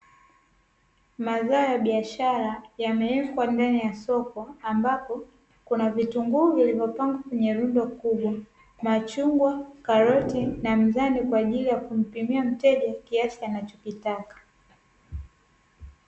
Mazao ya biashara yamewekwa mbele ya soko ambapo kuna vitunguu vilivyopangwa kwenye lundo kubwa, machungwa, karoti na mzani kwa ajili ya kumpimia mteja kiasi anachokitaka.